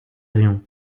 riom